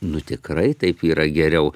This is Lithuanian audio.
nu tikrai taip yra geriau